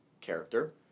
character